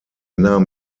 nahm